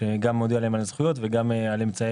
שמעדכן אותם גם על הזכויות שלהם וגם על אמצעי